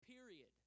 Period